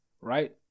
Right